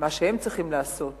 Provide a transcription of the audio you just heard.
מה שהם צריכים לעשות